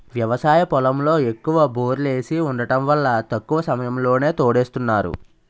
వ్యవసాయ పొలంలో ఎక్కువ బోర్లేసి వుండటం వల్ల తక్కువ సమయంలోనే తోడేస్తున్నారు